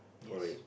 yes